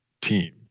team